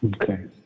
Okay